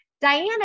Diana